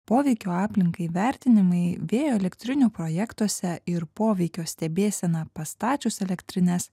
poveikio aplinkai vertinimai vėjo elektrinių projektuose ir poveikio stebėsena pastačius elektrines